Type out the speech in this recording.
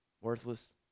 Worthless